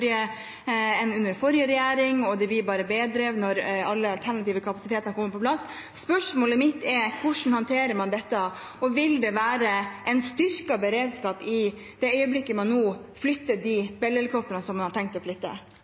under den forrige regjeringen, og at det blir bare bedre når alle alternative kapasitetene kommer på plass. Spørsmålet mitt er: Hvordan håndterer man dette? Og vil det være en styrket beredskap i det øyeblikket man flytter de Bell-helikoptrene man har tenkt til å flytte?